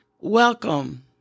Welcome